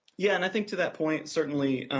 yeah, and i think to that point, certainly,